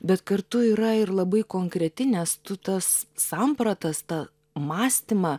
bet kartu yra ir labai konkreti nes tu tas sampratas tą mąstymą